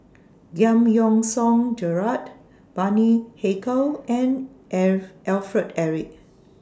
Giam Yean Song Gerald Bani Haykal and F Alfred Eric